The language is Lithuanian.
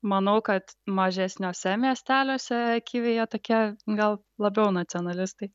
manau kad mažesniuose miesteliuose kiviai jie tokie gal labiau nacionalistai